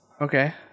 Okay